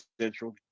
Central